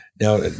Now